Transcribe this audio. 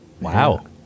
Wow